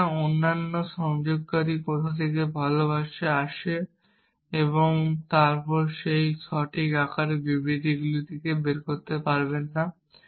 সুতরাং অন্যান্য সংযোগকারীগুলি কোথা থেকে ভালভাবে আসে আপনি সেই সঠিক আকারে বিবৃতিগুলি বের করতে পারবেন না